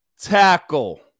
tackle